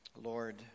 Lord